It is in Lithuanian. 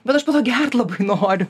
bet aš po to gert labai noriu